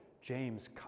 James